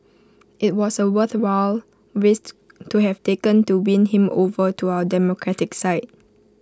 IT was A worthwhile risk to have taken to win him over to our democratic side